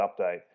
update